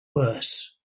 worse